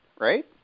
right